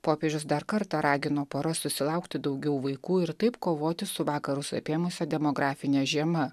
popiežius dar kartą ragino poras susilaukti daugiau vaikų ir taip kovoti su vakarus apėmusia demografine žiema